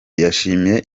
yashimiye